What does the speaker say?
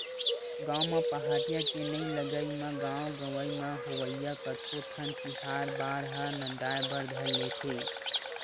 गाँव म पहाटिया के नइ लगई म गाँव गंवई म होवइया कतको ठन तिहार बार ह नंदाय बर धर लेथे